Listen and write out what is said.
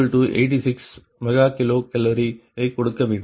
86×10086 MkCal ஐ கொடுக்க வேண்டும்